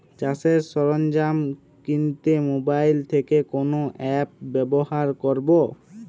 চাষের সরঞ্জাম কিনতে মোবাইল থেকে কোন অ্যাপ ব্যাবহার করব?